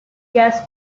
gas